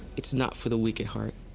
it's not for the weak at heart.